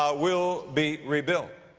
ah will be rebuilt.